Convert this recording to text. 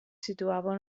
situava